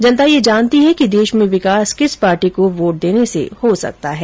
जनता ये जानती है कि देश में विकास किस पार्टी को वोट देने से हो सकता है